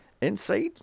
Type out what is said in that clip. Inside